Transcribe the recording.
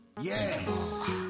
Yes